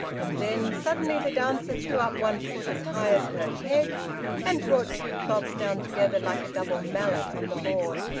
and then, suddenly, the dancer threw up one foot as high as her head and brought two clogs down together like a double mallet on the board,